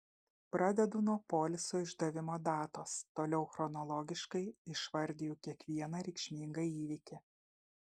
pradedu nuo poliso išdavimo datos toliau chronologiškai išvardiju kiekvieną reikšmingą įvykį